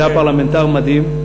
שהיה פרלמנטר מדהים,